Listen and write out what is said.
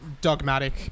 dogmatic